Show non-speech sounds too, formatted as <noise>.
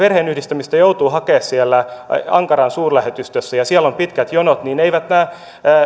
<unintelligible> perheenyhdistämistä joutuu hakemaan siellä ankaran suurlähetystössä ja siellä on pitkät jonot että eivät nämä